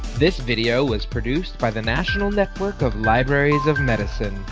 this video was produced by the national network of libraries of medicine.